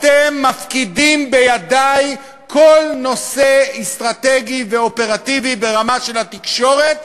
אתם מפקידים בידי כל נושא אסטרטגי ואופרטיבי ברמה של התקשורת,